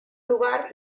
lugar